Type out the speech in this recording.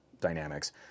dynamics